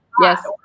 yes